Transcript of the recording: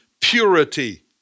purity